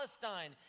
Palestine